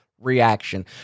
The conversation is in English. reaction